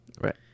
Right